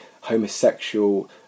homosexual